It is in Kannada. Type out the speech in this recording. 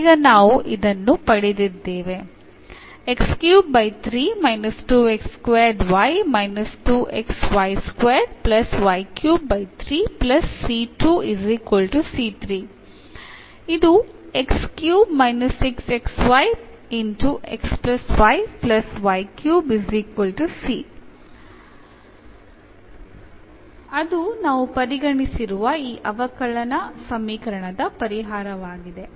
ಈಗ ನಾವು ಇದನ್ನು ಪಡೆದಿದ್ದೇವೆ ಅದು ನಾವು ಪರಿಗಣಿಸಿರುವ ಈ ಅವಕಲನ ಸಮೀಕರಣದ ಪರಿಹಾರವಾಗಿದೆ